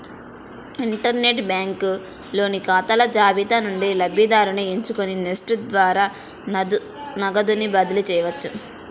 inter net banking లోని ఖాతాల జాబితా నుండి లబ్ధిదారుని ఎంచుకొని నెఫ్ట్ ద్వారా నగదుని బదిలీ చేయవచ్చు